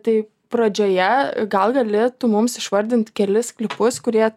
tai pradžioje gal gali tu mums išvardint kelis klipus kurie